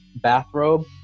bathrobe